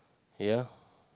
ya